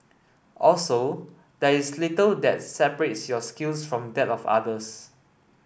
also there is little that separates your skills from that of others